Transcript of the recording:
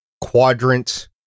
quadrant